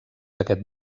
aquest